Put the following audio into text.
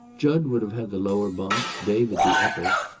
jud would have had the lower bunk, david the upper.